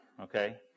okay